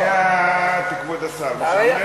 בחייאת, כבוד השר, משעמם?